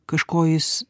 kažko jis